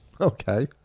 Okay